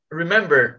remember